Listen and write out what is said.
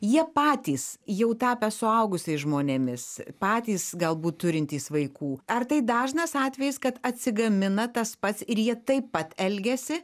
jie patys jau tapę suaugusiais žmonėmis patys galbūt turintys vaikų ar tai dažnas atvejis kad atsigamina tas pats ir jie taip pat elgiasi